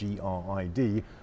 GRID